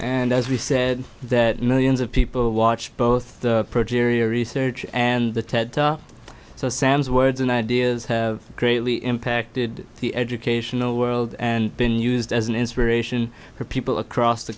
and as we said that millions of people watch both the progeria research and the ted so sam's words and ideas have greatly impacted the educational world and been used as an inspiration for people across the